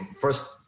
first